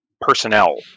personnel